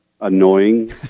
annoying